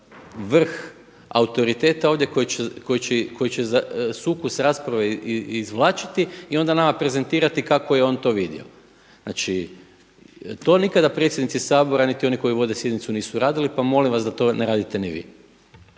vrh autoriteta ovdje koji će sukus rasprave izvlačiti i onda nama prezentirati kako je on to vidio. Znači, to nikada predsjednici Sabora niti oni koji vode sjednicu nisu radili, pa molim vas da to ne radite ni vi.